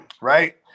Right